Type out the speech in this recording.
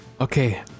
Okay